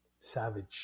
Savage